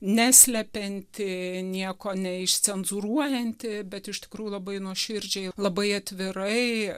neslepianti nieko neišcenzūruojanti bet iš tikrųjų labai nuoširdžiai labai atvirai